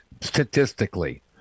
statistically